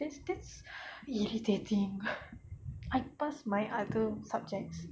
it's just !ee! irritating I pass my other subjects